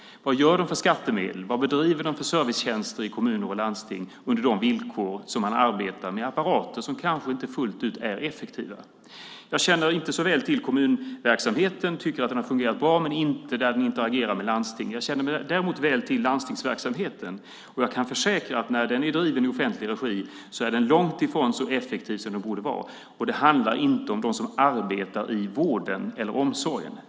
Vad gör de för skattemedlen? Vad bedriver de för servicetjänster i kommuner och landsting med de villkor som de arbetar under? Det är apparater som kanske inte fullt ut är effektiva. Jag känner inte så väl till kommunverksamheten. Jag tycker att den har fungerat bra, men inte där den interagerar med landstingen. Jag känner däremot väl till landstingsverksamheten. Jag kan försäkra att när den är driven i offentlig regi är den långt ifrån så effektiv som den borde vara. Det handlar inte om dem som arbetar i vården eller omsorgen.